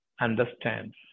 understands